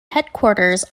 headquarters